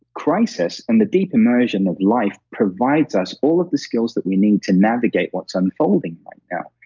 crisis and the deep emersion of life provides us all of the skills that we need to navigate what's unfolding right now.